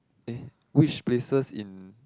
eh which places in